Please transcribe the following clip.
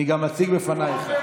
אני גם אציג בפנייך, עפר,